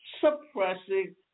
suppressing